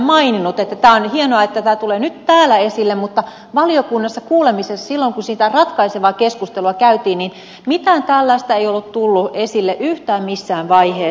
on hienoa että tämä tulee nyt täällä esille mutta valiokunnassa kuulemisessa silloin kun sitä ratkaisevaa keskustelua käytiin mitään tällaista ei tullut esille yhtään missään vaiheessa